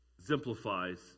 Exemplifies